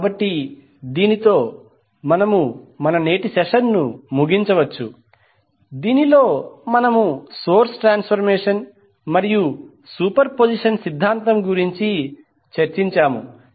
కాబట్టి దీనితో మనము మన నేటి సెషన్ను ముగించవచ్చు దీనిలో మనము సోర్స్ ట్రాన్సఫర్మేషన్ మరియు సూపర్పొజిషన్ సిద్ధాంతం గురించి చర్చించాము